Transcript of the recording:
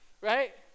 right